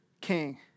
king